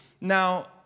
Now